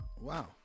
wow